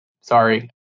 Sorry